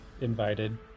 invited